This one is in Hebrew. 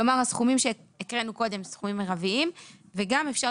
כלומר הסכומים שהקראנו קודם הם סכומים מרביים וגם אפשר